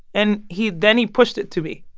and he then he pushed it to me,